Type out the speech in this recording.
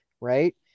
right